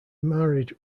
married